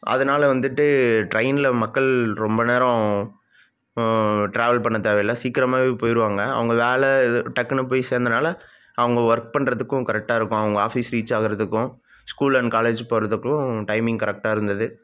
அதனால் வந்துட்டு ட்ரெயினில் மக்கள் ரொம்ப நேரம் ட்ராவல் பண்ண தேவையில்ல சீக்கிரமாகவே போயிடுவாங்க அவங்க வேலை இது டக்குனு போய் சேர்ந்தனால அவங்க ஒர்க் பண்ணுறதுக்கும் கரெக்டாக இருக்கும் அவங்க ஆஃபீஸ் ரீச் ஆகிறதுக்கும் ஸ்கூல் அண்ட் காலேஜு போகிறதுக்கும் டைமிங் கரெக்டாக இருந்தது